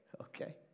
okay